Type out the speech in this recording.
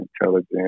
intelligent